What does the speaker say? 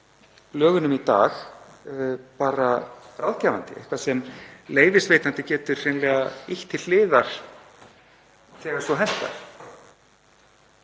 lögunum í dag og eitthvað sem leyfisveitandi getur hreinlega ýtt til hliðar þegar svo hentar.